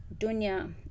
dunya